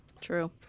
True